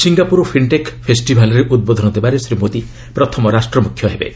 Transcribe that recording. Singapore fintech ଫେଷ୍ଟିଭାଲ୍ରେ ଉଦ୍ବୋଧନ ଦେବାରେ ଶ୍ରୀ ମୋଦି ପ୍ରଥମ ରାଷ୍ଟ୍ର ମୁଖ୍ୟ ହେବେ